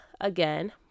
again